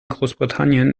großbritannien